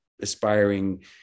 aspiring